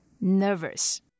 nervous